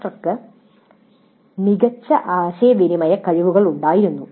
ഇൻസ്ട്രക്ടർക്ക് മികച്ച ആശയവിനിമയ കഴിവുകൾ ഉണ്ടായിരുന്നു